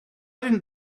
didn’t